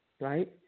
right